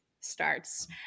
starts